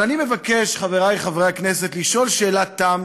אבל אני מבקש, חברי חברי הכנסת, לשאול שאלת תם